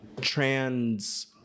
trans